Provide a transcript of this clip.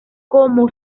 como